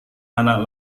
anak